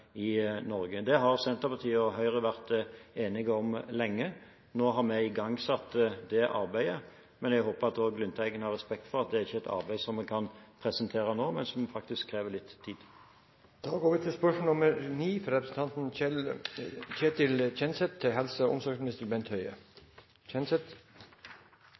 i Norge. Det har Senterpartiet og Høyre vært enige om lenge. Nå har vi igangsatt det arbeidet, men jeg håper at også Lundteigen har respekt for at det ikke er et arbeid som vi kan presentere nå, men som faktisk krever litt tid.